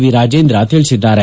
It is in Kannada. ವಿ ರಾಜೇಂದ್ರ ತಿಳಿಸಿದ್ದಾರೆ